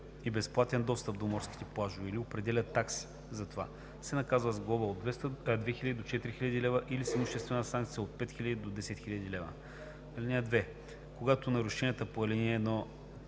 и безплатен достъп до морските плажове или определя такси за това, се наказва с глоба от 2000 до 4000 лв. или с имуществена санкция от 5000 до 10 000 лв. (2) Когато нарушението по ал. 1